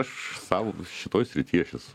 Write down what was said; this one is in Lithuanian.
aš sau šitoj srity aš esu